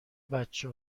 بچه